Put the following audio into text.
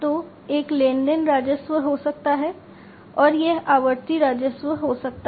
तो एक लेनदेन राजस्व हो सकता है और यह आवर्ती राजस्व हो सकता है